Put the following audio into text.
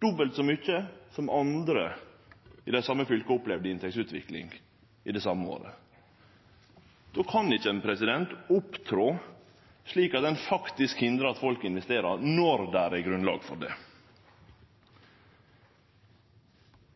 dobbelt så mykje som inntektsutviklinga som andre i det same fylket hadde i det same året. Då kan ein ikkje opptre slik at ein faktisk hindrar at folk investerer når det er grunnlag for det.